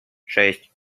шесть